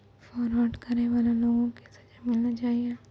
fraud करै बाला लोगो के सजा मिलना चाहियो